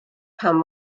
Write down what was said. pam